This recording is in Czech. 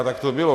A tak to bylo.